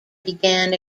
began